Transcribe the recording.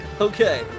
Okay